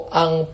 ang